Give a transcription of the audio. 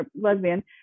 lesbian